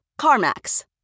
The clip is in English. CarMax